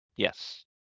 Yes